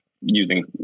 using